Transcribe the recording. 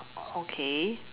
uh okay